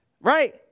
right